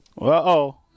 Uh-oh